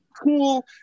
cool